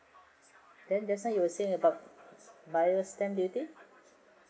then just now you were saying about buyer stamp duty